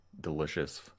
delicious